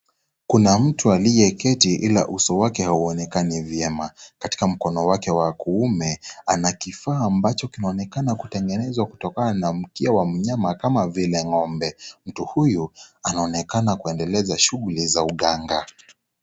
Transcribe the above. Kuna mtu aliyeketi ila uso wake hauonekani vyema. Katika mkono wake wa kuume, ana kifaa ambacho kinaonekana kutengenezwa kutokana na mkia wa mnyama kama vile, ng'ombe. Mtu huyu anaonekana kuendeleza shughuli za uganga.